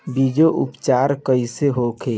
बीजो उपचार कईसे होखे?